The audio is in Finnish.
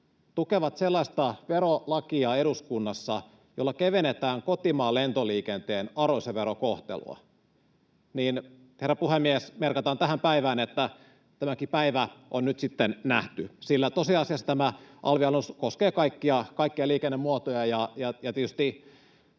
sellaista verolakia, jolla kevennetään kotimaan lentoliikenteen arvonlisäverokohtelua... Herra puhemies, merkataan tähän päivään, että tämäkin päivä on nyt sitten nähty, sillä tosiasiassa tämä alvialennus koskee kaikkia liikennemuotoja, ja tietysti